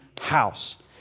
house